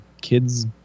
kids